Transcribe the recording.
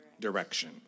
direction